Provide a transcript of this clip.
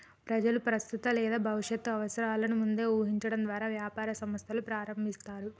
ప్రజలు ప్రస్తుత లేదా భవిష్యత్తు అవసరాలను ముందే ఊహించడం ద్వారా వ్యాపార సంస్థలు ప్రారంభిస్తారు